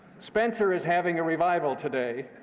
spencer is having a revival today,